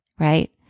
Right